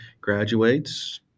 graduates